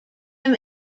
him